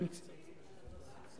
איך הם מצביעים?